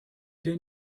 der